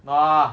no ah